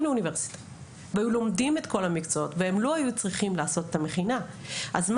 לאוניברסיטה ולומדים את כל המקצועות ולא היו צריכים ללמוד במכינה.